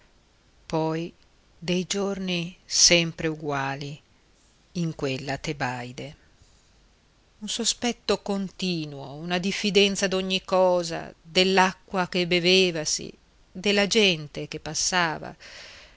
poi dei giorni sempre uguali in quella tebaide un sospetto continuo una diffidenza d'ogni cosa dell'acqua che bevevasi della gente che passava